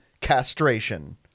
castration